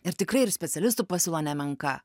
ir tikrai ir specialistų pasiūla nemenka